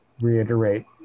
reiterate